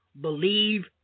Believe